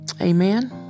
Amen